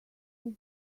this